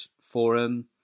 forum